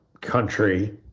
country